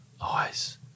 Eyes